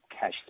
cash